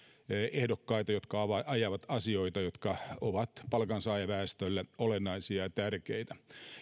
ehdokkaita jotka ajavat asioita jotka ovat palkansaajaväestölle olennaisia ja tärkeitä